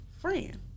friend